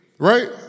Right